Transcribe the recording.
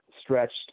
stretched